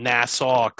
Nassau